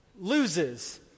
Loses